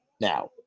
now